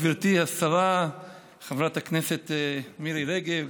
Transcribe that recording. גברתי השרה חברת הכנסת מירי רגב,